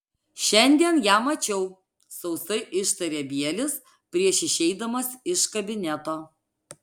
šiandien ją mačiau sausai ištarė bielis prieš išeidamas iš kabineto